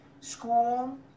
school